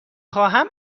خواهم